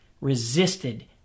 resisted